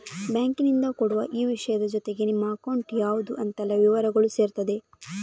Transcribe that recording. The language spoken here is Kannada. ಬ್ಯಾಂಕಿನಿಂದ ಕೊಡುವ ಈ ವಿಷಯದ ಜೊತೆಗೆ ನಿಮ್ಮ ಅಕೌಂಟ್ ಯಾವ್ದು ಅಂತೆಲ್ಲ ವಿವರಗಳೂ ಸೇರಿರ್ತದೆ